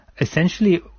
Essentially